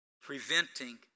preventing